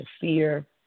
fear